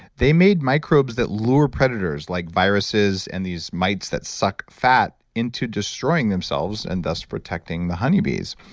they made microbes that lure predators like viruses and these mites that suck fat into destroying themselves and thus protecting the honeybees.